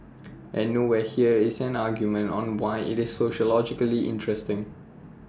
and nowhere here is an argument on why IT is sociologically interesting